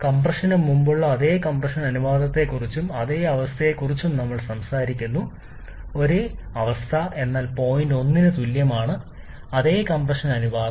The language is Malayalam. കംപ്രഷന് മുമ്പുള്ള അതേ കംപ്രഷൻ അനുപാതത്തെക്കുറിച്ചും അതേ അവസ്ഥയെക്കുറിച്ചും നമ്മൾ സംസാരിക്കുന്നു ഒരേ സംസ്ഥാനം എന്നാൽ പോയിന്റ് 1 തുല്യമാണ് അതേ കംപ്രഷൻ അനുപാതം